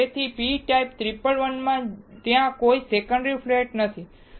તેથી p type 111 માં ત્યાં કોઈ સેકન્ડરી ફ્લેટ નથી